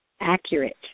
accurate